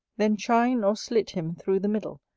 then chine or slit him through the middle,